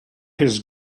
his